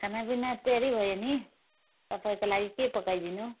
खानापिना तयारी भयो नि तपाईँको लागि के पकाइदिनु